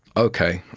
okay,